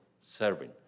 serving